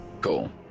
Cool